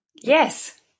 Yes